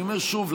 אני אומר שוב,